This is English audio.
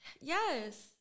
Yes